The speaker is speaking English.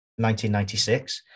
1996